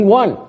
one